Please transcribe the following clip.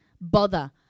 Bother